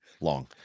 long